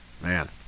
man